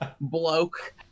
bloke